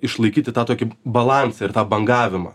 išlaikyti tą tokį balansą ir tą bangavimą